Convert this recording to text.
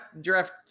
draft